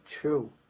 true